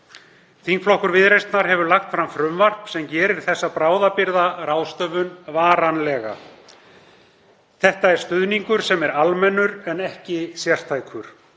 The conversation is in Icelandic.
Þingflokkur Viðreisnar hefur lagt fram frumvarp sem gerir þá bráðabirgðaráðstöfun varanlega. Þetta er stuðningur sem er almennur en ekki sértækur.